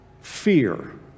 fear